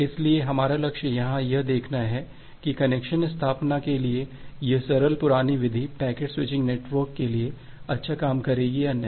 इसलिए हमारा लक्ष्य यहां यह देखना है कि कनेक्शन स्थापना के लिए यह सरल पुरानी विधि पैकेट स्विचिंग नेटवर्क के लिए अच्छा काम करेगी या नहीं